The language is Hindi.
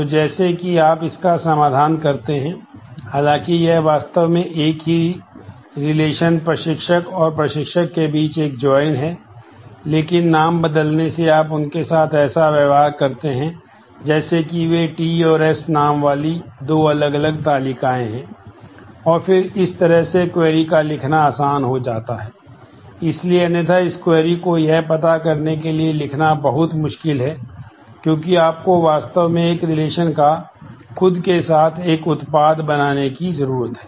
तो जैसे कि आप इसका समाधान करते हैं हालांकि यह वास्तव में एक ही रिलेशन का खुद के साथ एक उत्पाद बनाने की जरूरत है